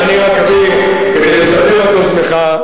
כדי לסבר את אוזנך,